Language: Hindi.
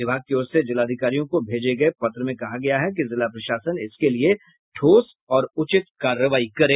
विभाग की ओर से जिलाधिकारियों को भेजे गये पत्र में कहा गया है कि जिला प्रशासन इसके लिये ठोस और उचित कार्रवाई करे